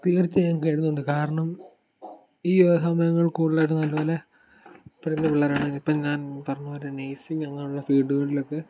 തീർത്ത് ഞാൻ കരുതുന്നുണ്ട് കാരണം ഈ സമയങ്ങൾ കൂടുതലായിട്ടും നല്ല പോലെ കഴിഞ്ഞ പിള്ളേരാണ് ഇപ്പം ഞാൻ പറഞ്ഞതു പോലെ തന്നെ നേഴ്സിംഗ് അങ്ങനെയുള്ള ഫീൽഡുകളിലൊക്കെ